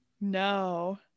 no